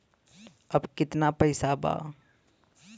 अब कितना पैसा बा?